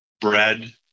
Bread